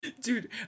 Dude